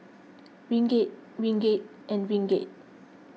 Ringgit Ringgit and Ringgit